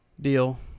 deal